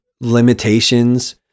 limitations